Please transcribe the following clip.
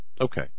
okay